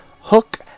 Hook